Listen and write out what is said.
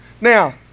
Now